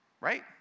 right